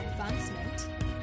Advancement